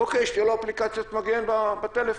שתהיה לו אפליקציית "מגן" בטלפון,